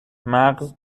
مغز